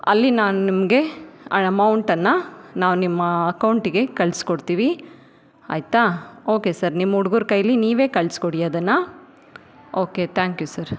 ಅಲ್ಲಿ ನಾನು ನಿಮಗೆ ಅಮೌಂಟನ್ನು ನಾವು ನಿಮ್ಮ ಅಕೌಂಟಿಗೆ ಕಳ್ಸಿಕೊಡ್ತೀವಿ ಆಯಿತಾ ಓಕೆ ಸರ್ ನಿಮ್ಮ ಹುಡ್ಗರ ಕೈಲಿ ನೀವೇ ಕಳ್ಸಿಕೊಡಿ ಅದನ್ನು ಓಕೆ ತ್ಯಾಂಕ್ ಯು ಸರ್